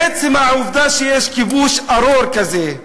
עצם העובדה שיש כיבוש ארור כזה,